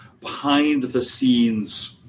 behind-the-scenes